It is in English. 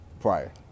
prior